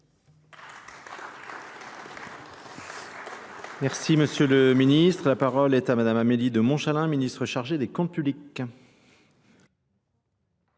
Merci monsieur le ministre la parole est à madame amélie de montchalin ministre chargé des comptes publics